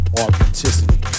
authenticity